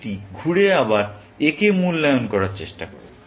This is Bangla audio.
এইটি ঘুরে আবার একে মূল্যায়ন করার চেষ্টা করে